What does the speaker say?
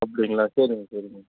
அப்படிங்ளா சரிங்க சரிங்க